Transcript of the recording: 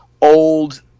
old